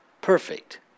perfect